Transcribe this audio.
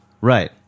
Right